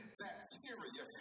bacteria